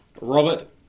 Robert